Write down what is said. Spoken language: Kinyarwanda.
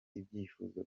ibyifuzo